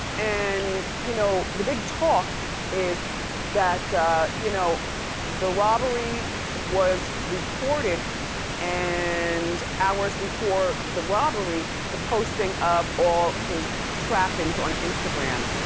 and, you know, the big talk is that you know the robbery was reported and hours before the robbery, the posting of all his trappings on instagram.